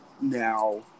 Now